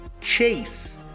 Chase